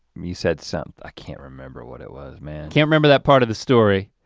you said something, i can't remember what it was, man. can't remember that part of the story.